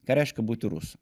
ką reiškia būti rusu